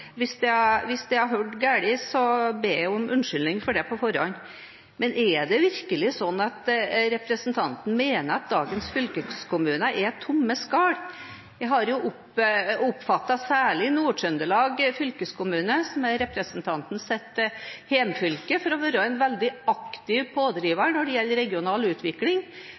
Hvis jeg har hørt galt, ber jeg om unnskyldning for det på forhånd. Men er det virkelig sånn at representanten mener at dagens fylkeskommuner er «tomme skall»? Jeg har oppfattet særlig Nord-Trøndelag fylkeskommune, som er representantens hjemfylke, for å være en veldig aktiv pådriver når det gjelder regional utvikling,